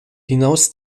hinaus